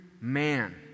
man